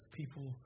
people